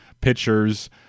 pitchers